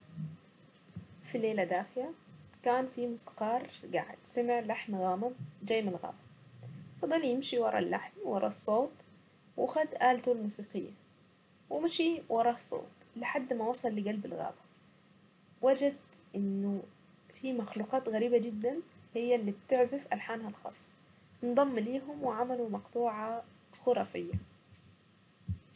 في ليلة دافية كان في موسيقار قاعد سمع لحن غامض جاي من الغابة غام فضل يمشي ورا اللحن ورا الصوت وخد الته الموسيقية ومشي ورا الصوت لحد ما وصل لقلب الغابة وجدت انه في مخلوقات غريبة جدا هي اللي بتعزف انضم ليهم وعمل مقطوعة خرافيه.